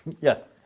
Yes